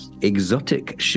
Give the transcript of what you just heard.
exotic